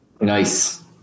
Nice